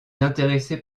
intéressé